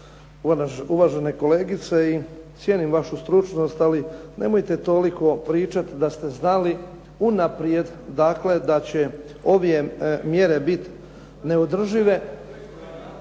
uvažene kolegice i cijenim vašu stručnost, ali nemojte toliko pričati da ste znali unaprijed dakle da će ove mjere biti neodržive.